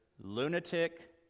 lunatic